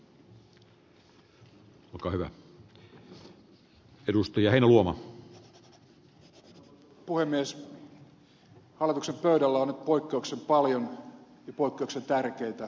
hallituksen pöydällä on nyt poikkeuksellisen paljon ja poikkeuksellisen tärkeitä asioita